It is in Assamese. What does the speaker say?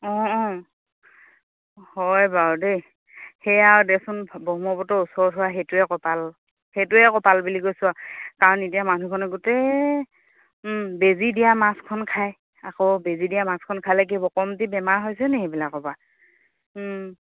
অঁ অঁ হয় বাৰু দেই সেয়াও দেচোন ব্ৰহ্মপুত্ৰৰ ওচৰত হোৱা সেইটোৱে কপাল সেইটোৱে কপাল বুলি কৈছোঁ আৰু কাৰণ এতিয়া মানুহ চানুহ গোটেই বেজী দিয়া মাছখন খাই আকৌ বেজী দিয়া মাছখন খালে কি হ'ব কমটি বেমাৰ হৈছে নি সেইবিলাকৰ পৰা